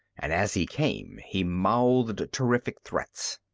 and as he came he mouthed terrific threats.